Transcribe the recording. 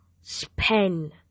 spend